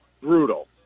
brutal